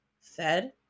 Fed